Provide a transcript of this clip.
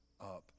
up